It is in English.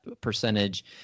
percentage